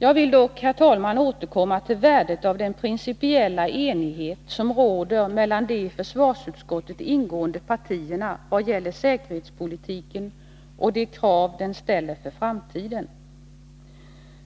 Jag vill, herr talman, dock återkomma till värdet av den principiella enighet som råder mellan de i försvarsutskottet ingående partierna i vad gäller säkerhetspolitiken och de krav den ställer för framtiden.